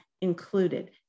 included